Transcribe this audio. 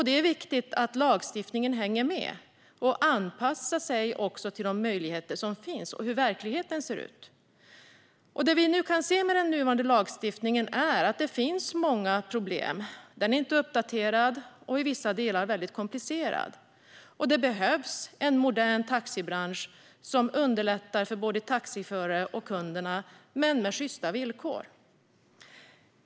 Det är viktigt att lagstiftningen hänger med och anpassas efter de möjligheter som finns och hur verkligheten ser ut. Det vi nu kan se med den nuvarande lagstiftningen är att det finns många problem. Den är inte är uppdaterad och i vissa delar är den väldigt komplicerad. Det behövs en modern taxibransch som underlättar för både taxiförare och kunder, men med sjysta villkor.